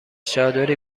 چادری